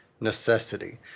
necessity